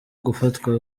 gufatwa